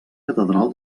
catedral